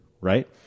Right